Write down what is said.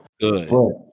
Good